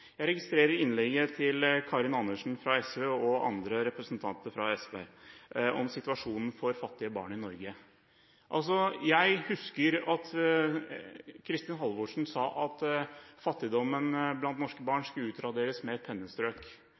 jeg registrerer innlegget til Karin Andersen og andre representanter fra SV om situasjonen for fattige barn i Norge. Jeg husker at Kristin Halvorsen sa at fattigdommen blant norske barn skulle utraderes med et